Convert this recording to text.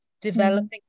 developing